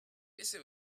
ese